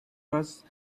was